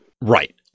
Right